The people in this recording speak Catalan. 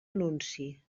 anunci